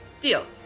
Deal